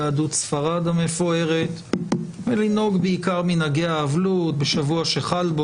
את האבחנה בין תאגיד שמשלח היד